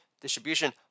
distribution